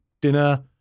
dinner